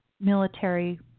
military